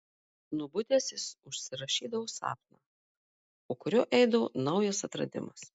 nubudęs jis užsirašydavo sapną po kurio eidavo naujas atradimas